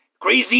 Crazy